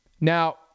Now